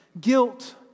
guilt